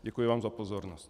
Děkuji vám za pozornost.